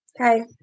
okay